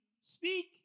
speak